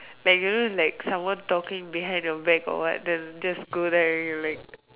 like you know is like someone talking behind your back or what then just go there and you like